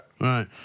Right